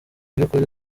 by’ukuri